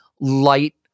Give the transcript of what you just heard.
light